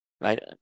Right